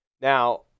Now